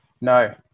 No